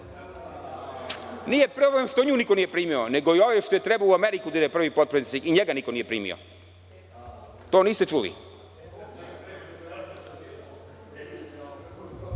Nije problem što nju niko nije primio, nego i ovaj što je trebao u Ameriku da ide, prvi potpredsednik, i njega niko nije primio. To niste čuli?